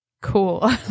Cool